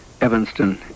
Evanston